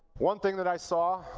one thing that i saw,